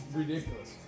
ridiculous